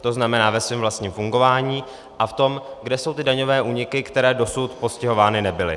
To znamená ve svém vlastním fungování a v tom, kde jsou ty daňové úniky, které dosud postihovány nebyly.